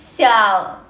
siao